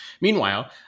Meanwhile